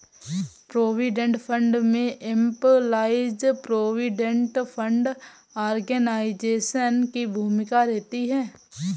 provident fund में employees provident fund organisation की भूमिका रहती है